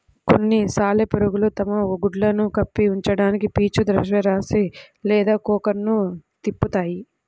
కొన్ని సాలెపురుగులు తమ గుడ్లను కప్పి ఉంచడానికి పీచు ద్రవ్యరాశి లేదా కోకన్ను తిప్పుతాయి